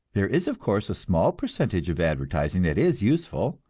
there is, of course, a small percentage of advertising that is useful,